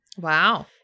Wow